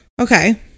Okay